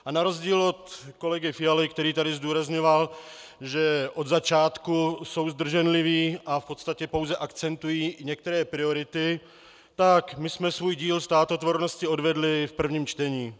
A na rozdíl od kolegy Fialy, který tady zdůrazňoval, že od začátku jsou zdrženliví a v podstatě pouze akcentují některé priority, tak my jsme svůj díl státotvornosti odvedli v prvním čtení.